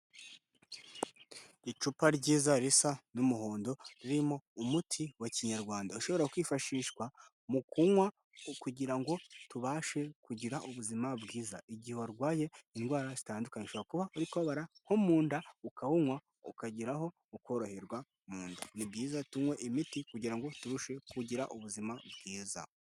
Icupa ryiza risa n'umuhondo ririmo umuti wa Kinyarwanda ushobora kwifashishwa mu kunywa kugira ngo tubashe kugira ubuzima bwiza igihe warwaye indwara zitandukanye. Ushobora kuba uri kubabara nko mu nda ukawunywa, ukageraho ukoroherwa mu nda. Ni byiza tunywe imiti kugira ngo turushe kugira ubuzima bwiza.